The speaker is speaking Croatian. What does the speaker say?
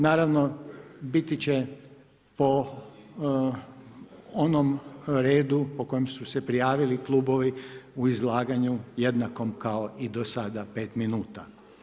Naravno biti će po onom redu po kojem su se prijavili klubovi u izlaganju jednakom kao i do sada, 5 minuta.